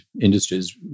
industries